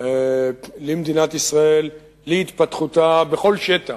למדינת ישראל, להתפתחותה בכל שטח,